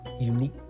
unique